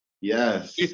Yes